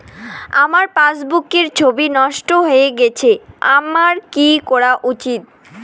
আমার পাসবুকের ছবি নষ্ট হয়ে গেলে আমার কী করা উচিৎ?